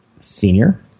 senior